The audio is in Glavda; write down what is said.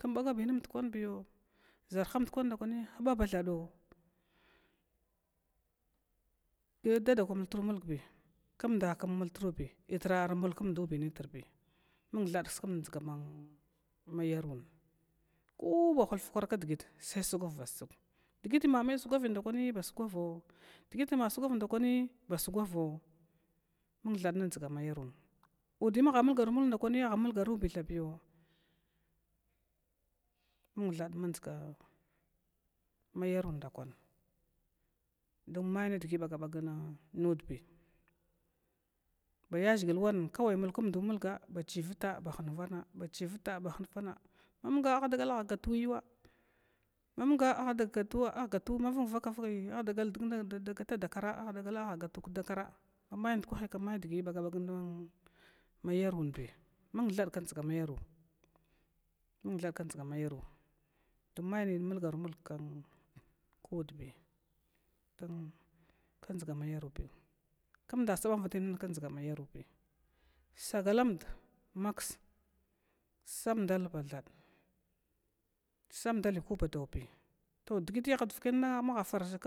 Kmbagabinmd kwanbiya ʒar hamd kwan nda kwi huba thada me dada kwa muthru mulgi ltr ndkwani armulkumdubi, nitrbiya mun thada kskmd kdʒga ma yaruwan, kuba hulfa kwar kdgit sugwav bad sug digiti ma ma sugwa ndakwi ba sugwav mung tha kdʒagan ma yarun, udi maha mulgaru mulg ndakwa aha mulgaruyo mung thada dʒga mayaru ndakwan don mai ndgi baga bag nudbi ba yaʒhigl kawa wan vana ba chivta ba hahvana, ma mung aha dagala agatuk yuwa mamung agatu vaka vaki adagado gata dakara adagala agatu kdakara, medgi bagabag ma yarwunbi dʒga mayarwin mung thada kdʒga ma yarwin, don may li mulgarumulg kudbi dʒga mayawunbiya sagalamɗa maks samdal ba thad samdal bi koba daubi to dgiti dvakai nna maha farʒha